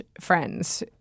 friends